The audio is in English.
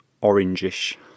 orange-ish